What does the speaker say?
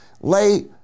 lay